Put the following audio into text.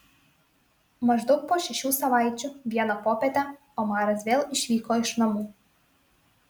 maždaug po šešių savaičių vieną popietę omaras vėl išvyko iš namų